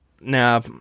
now